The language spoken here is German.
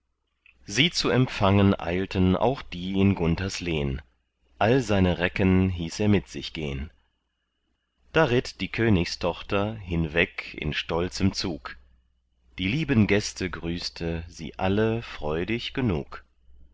sie zu empfangen eilten auch die in gunthers lehn all seine recken hieß er mit sich gehn da ritt die königstochter hinweg in stolzem zug die lieben gäste grüßte sie alle freudig genug